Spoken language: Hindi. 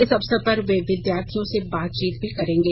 इस अवसर पर वे विद्यार्थियों से बातचीत भी करेंगे